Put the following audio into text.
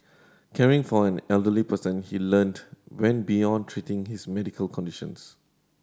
caring for an elderly person he learnt went beyond treating his medical conditions